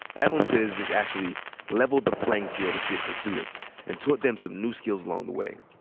adeline says this actually leveled the playing field a bit for students and taught them some new skills along the way.